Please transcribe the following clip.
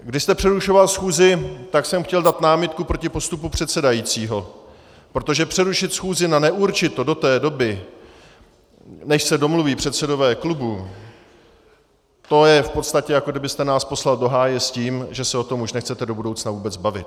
Když jste přerušoval schůzi, tak jsem chtěl dát námitku proti postupu předsedajícího, protože přerušit schůzi na neurčito do té doby, než se domluví předsedové klubů, to je v podstatě, jako kdybyste nás poslal do háje s tím, že se o tom už nechcete do budoucna vůbec bavit.